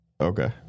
Okay